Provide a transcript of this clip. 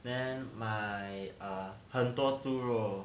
then 买 err 很多猪肉